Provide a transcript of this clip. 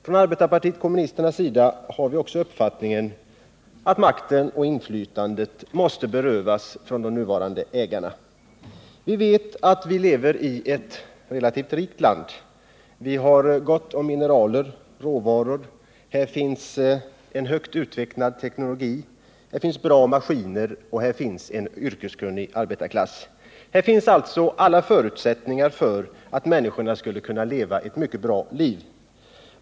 Från arbetarpartiet kommunisternas sida delar vi uppfattningen att makten och inflytandet måste berövas de nuvarande ägarna. Vi vet att vårt land är rikt på mineraler och råvaror. Här finns en högt utvecklad teknologi, bra maskiner och en yrkeskunnig arbetarklass. Här finns alltså förutsättningar för att människorna skulle kunna föra ett mycket bra liv.